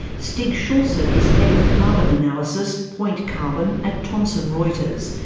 stig schjolset is head of carbon analysis, point carbon at thomson reuters.